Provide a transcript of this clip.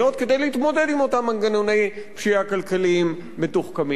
כדי להתמודד עם אותם מנגנוני פשיעה כלכליים מתוחכמים.